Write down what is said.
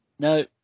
No